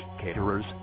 caterers